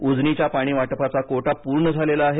उजनीच्या पाणी वाटपाचा कोटा पुर्ण झालेला आहे